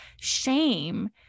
shame